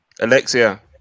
Alexia